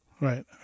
right